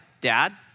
dad